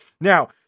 Now